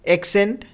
accent